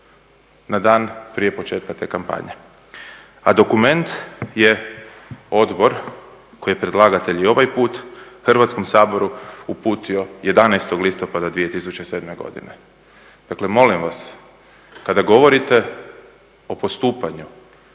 na dan prije početka te kampanje, a dokument je odbor koji je predlagatelj i ovaj put Hrvatskom saboru uputio 11. listopada 2007. godine. Dakle, molim vas, kada govorite o postupanju,